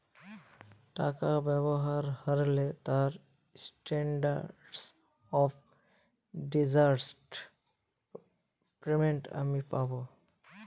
টাকা ব্যবহার হারলে তার স্ট্যান্ডার্ড অফ ডেজার্ট পেমেন্ট আমি পাব